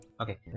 okay